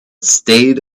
stayed